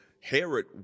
Herod